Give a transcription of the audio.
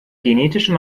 genetische